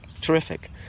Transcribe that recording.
terrific